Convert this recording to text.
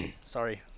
sorry